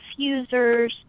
diffusers